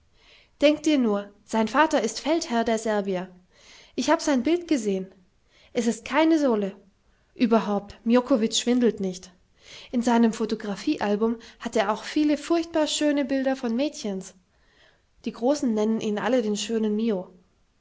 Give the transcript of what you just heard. denke dir nur sein vater ist feldherr der serbier ich hab sein bild gesehen es ist keine sohle überhaupt miokovitsch schwindelt nicht in seinem photographiealbum hat er auch viele furchtbar schöne bilder von mädchens die großen nennen ihn alle den schönen mio